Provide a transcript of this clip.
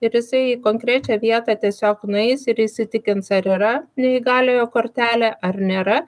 ir jisai į konkrečią vietą tiesiog nueis ir įsitikins ar yra neįgaliojo kortelė ar nėra